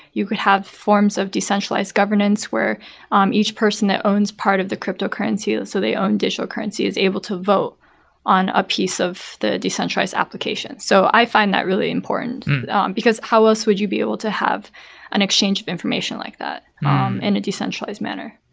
you could have forms of decentralized governance where um each person that owns part of the cryptocurrency, so they own digital currency, is able to vote on a piece of the decentralized application. so i find that really important because how else would you be able to have an exchange of information like that in a decentralized manner?